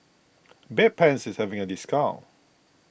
Bedpans is having a discount